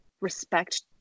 respect